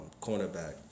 cornerback